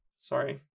Sorry